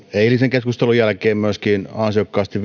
eilisen keskustelun jälkeenkin ansiokkaasti